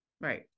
Right